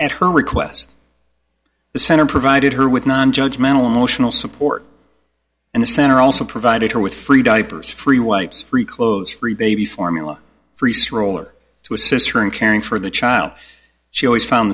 at her request the center provided her with non judgmental emotional support and the center also provided her with free diapers free wipes free clothes free baby formula free stroller to assist her in caring for the child she always found